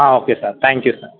okay sir thank you sir